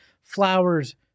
flowers